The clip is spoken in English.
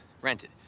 rented